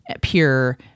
pure